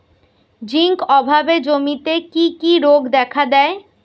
Zinc অভাবে জমিতে কি কি রোগ দেখাদেয়?